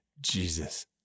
Jesus